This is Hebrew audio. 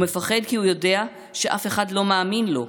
הוא מפחד כי הוא יודע שאף אחד לא מאמין לו,